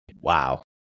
Wow